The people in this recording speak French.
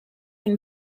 une